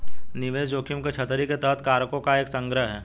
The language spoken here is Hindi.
निवेश जोखिम की छतरी के तहत कारकों का एक संग्रह है